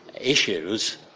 issues